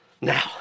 Now